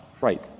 Right